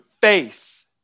faith